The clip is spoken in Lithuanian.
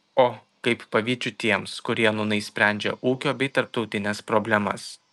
o kaip pavydžiu tiems kurie nūnai sprendžia ūkio bei tarptautines problemas